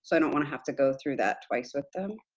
so don't want to have to go through that twice with them.